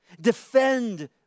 Defend